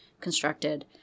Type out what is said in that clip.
constructed